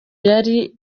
yari